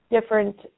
different